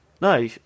No